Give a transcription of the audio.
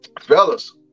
Fellas